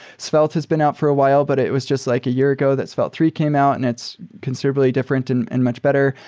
svelte has been out for a while, but it was just like a year ago that svelte three came out and it's considerably different and and much better.